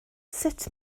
sut